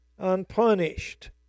unpunished